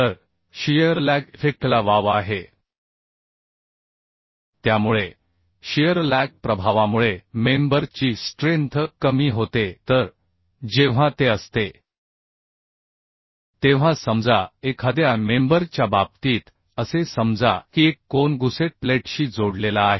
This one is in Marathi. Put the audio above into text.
तर शियर लॅग इफेक्टला वाव आहे त्यामुळे शिअर लॅग प्रभावामुळे मेंबर ची स्ट्रेंथ कमी होते तर जेव्हा ते असते तेव्हा समजा एखाद्या मेंबर च्या बाबतीत असे समजा की एक कोन गुसेट प्लेटशी जोडलेला आहे